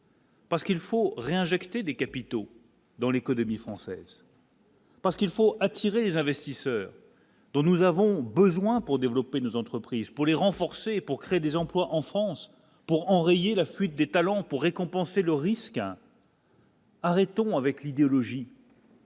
Parce qu'il faut réinjecter des capitaux. Dans l'économie française. Parce qu'il faut attirer les investisseurs. Nous avons besoin pour développer nos entreprises pour les renforcer pour créer des emplois en France pour enrayer la fuite des talents pour récompenser le risque hein. Arrêtons avec l'idéologie.